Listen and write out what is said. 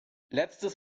letztes